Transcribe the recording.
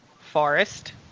forest